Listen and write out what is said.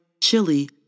Chile